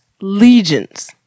legions